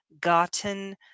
gotten